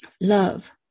Love